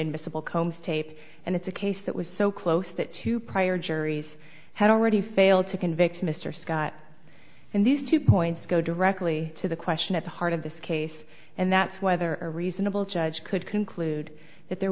ssible combs tape and it's a case that was so close that two prior juries had already failed to convict mr scott and these two points go directly to the question at the heart of this case and that's whether a reasonable judge could conclude that there